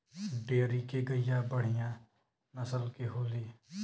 dairy के गईया बढ़िया नसल के होली